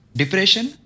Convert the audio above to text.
depression